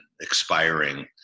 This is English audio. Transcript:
expiring